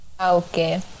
Okay